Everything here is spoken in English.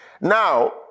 Now